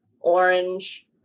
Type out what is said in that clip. orange